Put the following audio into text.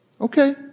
Okay